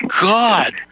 God